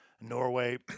norway